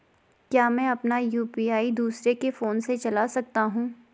क्या मैं अपना यु.पी.आई दूसरे के फोन से चला सकता हूँ?